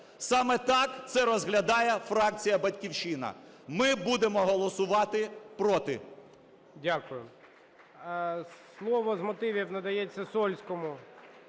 Саме так це розглядає фракція "Батьківщина". Ми будемо голосувати проти. ГОЛОВУЮЧИЙ. Дякую. Слово з мотивів надається Сольському